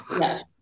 Yes